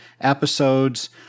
episodes